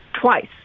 twice